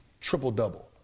triple-double